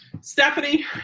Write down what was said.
Stephanie